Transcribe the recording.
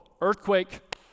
earthquake